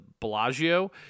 bellagio